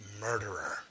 murderer